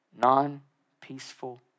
non-peaceful